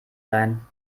sein